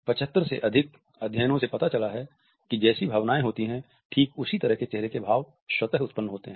75 से अधिक अध्ययनों से पता चला है कि जैसी भावनाए होती है ठीक उसी तरह के चेहरे के भाव स्वतः उत्पन्न होते हैं